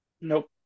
Nope